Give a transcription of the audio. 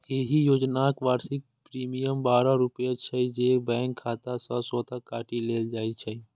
एहि योजनाक वार्षिक प्रीमियम बारह रुपैया छै, जे बैंक खाता सं स्वतः काटि लेल जाइ छै